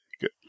Good